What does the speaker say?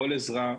כל עזרה,